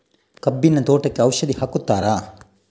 ಕಬ್ಬಿನ ತೋಟಕ್ಕೆ ಔಷಧಿ ಹಾಕುತ್ತಾರಾ?